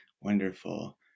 Wonderful